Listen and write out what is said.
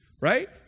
Right